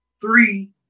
three